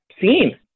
seen